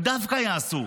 הם דווקא יעשו,